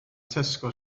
tesco